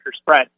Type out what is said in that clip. spread